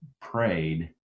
prayed